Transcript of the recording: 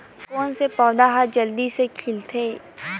कोन से पौधा ह जल्दी से खिलथे?